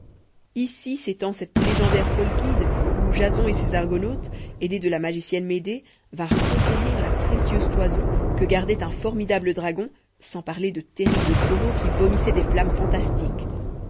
ici s'étend cette légendaire colchide où jason et ses argonautes aidés de la magicienne médée vinrent conquérir la précieuse toison que gardait un formidable dragon sans parler de terribles taureaux qui vomissaient des flammes fantastiques